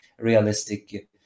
realistic